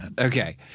Okay